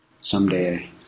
someday